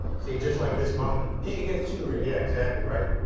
see, just like this moment. it it gets too real. yeah, exactly, right?